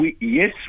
Yes